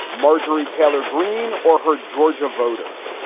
marjorie taylor greene or her georgia voters?